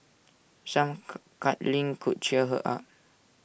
some cuddling could cheer her up